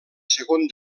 segon